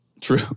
True